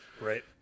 right